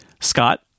scott